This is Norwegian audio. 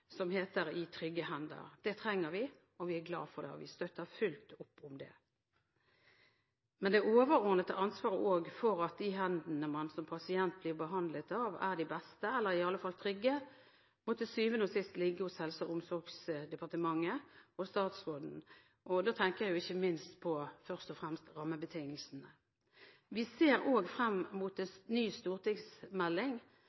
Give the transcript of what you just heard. tiden het det at man var kommet i de beste hender når man var kommet til lege. Nå har vi gående en pasientsikkerhetskampanje som heter I trygge hender, og det synes jeg er veldig bra. Det trenger vi, vi er glade for det, og vi støtter fullt ut opp om det. Men også det overordnede ansvaret for at de hendene man som pasient blir behandlet av, er de beste eller i alle fall trygge, må til syvende og sist ligge hos Helse- og omsorgsdepartementet og statsråden.